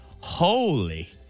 holy